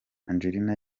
angelina